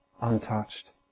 untouched